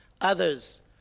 others